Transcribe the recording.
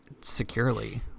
securely